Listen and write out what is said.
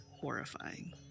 horrifying